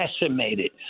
decimated